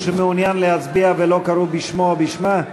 שמעוניין להצביע ולא קראו בשמו או בשמה?